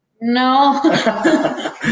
no